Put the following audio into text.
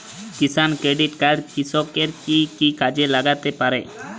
কিষান credit card কৃষকের কি কি কাজে লাগতে পারে?